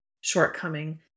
shortcoming